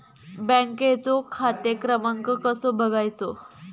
बँकेचो खाते क्रमांक कसो बगायचो?